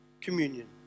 communion